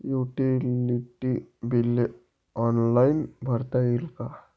Utility बिले online भरता येतील का?